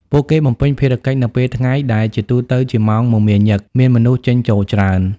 ពួកគេបំពេញភារកិច្ចនៅពេលថ្ងៃ ដែលជាទូទៅជាម៉ោងមមាញឹក មានមនុស្សចេញចូលច្រើន។